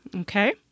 Okay